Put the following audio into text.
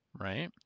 right